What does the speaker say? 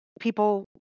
people